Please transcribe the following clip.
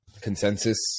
consensus